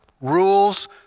rules